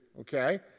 okay